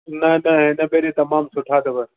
न त हिन भेरे तमामु सुठा अथव